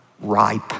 ripe